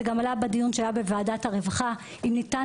זה גם עלה בדיון שהיה בוועדת הרווחה - אם ניתן